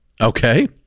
Okay